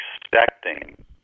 expecting